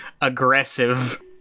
aggressive